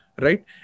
right